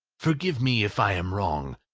forgive me if i am wrong.